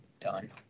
done